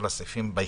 יש